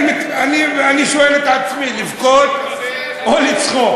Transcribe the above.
אני שואל את עצמי: לבכות או לצחוק?